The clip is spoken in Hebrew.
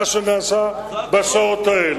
מה שנעשה בשעות האלה.